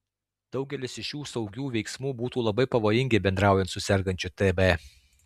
daugelis iš šių saugių veiksmų būtų labai pavojingi bendraujant su sergančiu tb